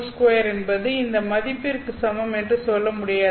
βνa2 என்பது இந்த மதிப்பிற்கு சமம் என்று சொல்ல முடியாது